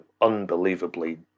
unbelievably